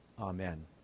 Amen